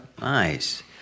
Nice